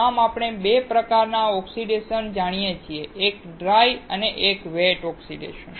આમ આપણે 2 પ્રકારના ઓક્સિડેશન જાણીએ છીએ એક ડ્રાય ઓક્સિડેશન અને એક વેટ ઓક્સિડેશન